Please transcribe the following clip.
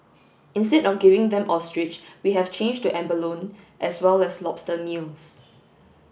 instead of giving them ostrich we have changed to abalone as well as lobster meals